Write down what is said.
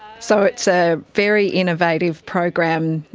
so it's a very innovative program,